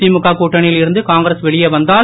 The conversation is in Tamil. திமுக கூட்டணியில் இருந்து காங்கிரஸ் வெளியே வந்தால்